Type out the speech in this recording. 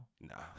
Nah